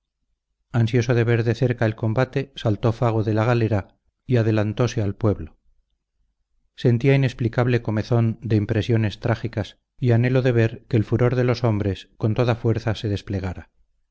ansioso de ver de cerca el combate saltó fago de la galera y adelantose al pueblo sentía inexplicable comezón de impresiones trágicas y anhelo de ver que el furor de los hombres con toda fuerza se desplegara